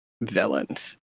villains